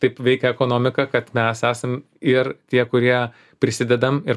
taip veikia ekonomika kad mes esam ir tie kurie prisidedam ir